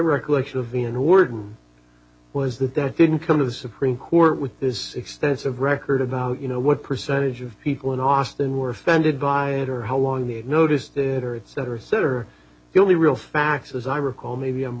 recollection of the n word was that that didn't come to the supreme court with this extensive record about you know what percentage of people in austin were offended by it or how long they noticed it or it's never said or the only real facts as i recall maybe i'm